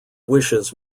wishes